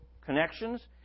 connections